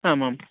आमां